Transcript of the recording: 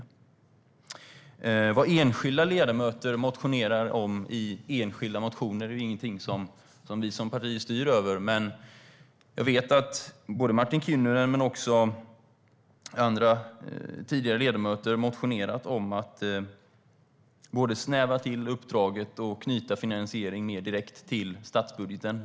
Vad enskilda ledamöter motionerar om i enskilda motioner är ingenting som vi som parti styr över. Men jag vet att både Martin Kinnunen och andra tidigare ledamöter, däribland borgerliga ledamöter, har motionerat om att både snäva in uppdraget och knyta finansieringen mer direkt till statsbudgeten.